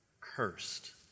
Cursed